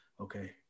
Okay